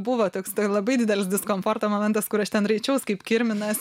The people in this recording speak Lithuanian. buvo toks labai didelis diskomforto momentas kur aš ten raičiaus kaip kirminas